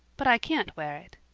but i can't wear it.